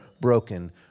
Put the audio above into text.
broken